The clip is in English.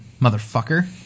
motherfucker